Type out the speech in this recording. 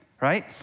right